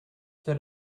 that